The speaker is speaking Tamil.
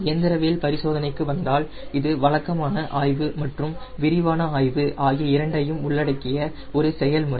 இயந்திரவியல் பரிசோதனைக்கு வந்தால் இது வழக்கமான ஆய்வு மற்றும் விரிவான ஆய்வு ஆகிய இரண்டையும் உள்ளடக்கிய ஒரு செயல்முறை